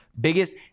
biggest